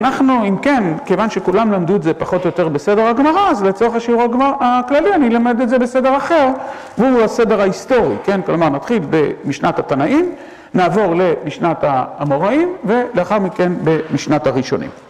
אנחנו, אם כן, כיוון שכולם למדו את זה פחות או יותר בסדר הגמרא, אז לצורך השיעור הכללי אני למד את זה בסדר אחר, והוא הסדר ההיסטורי, כן? כלומר, נתחיל במשנת התנאים, נעבור למשנת האמוראים ולאחר מכן במשנת הראשונים.